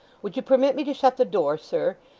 would you permit me to shut the door, sir,